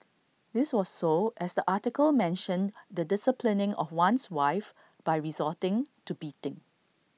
this was so as the article mentioned the disciplining of one's wife by resorting to beating